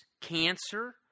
cancer